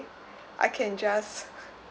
I can just